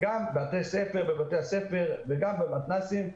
גם בבתי ספר וגם במתנ"סים.